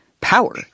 power